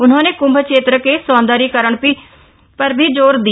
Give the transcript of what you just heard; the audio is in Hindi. उन्होंने कृम्भ क्षेत्र के सौंदर्यीकरण पर भी जोर दिया